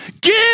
Give